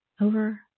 over